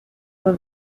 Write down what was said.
nur